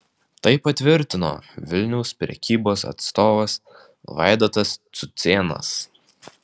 tai patvirtino vilniaus prekybos atstovas vaidotas cucėnas